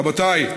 רבותיי,